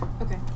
Okay